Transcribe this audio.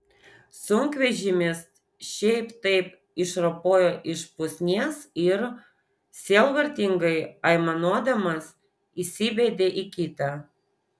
sunkvežimis šiaip taip išropojo iš pusnies ir sielvartingai aimanuodamas įsibedė į kitą